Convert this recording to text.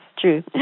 true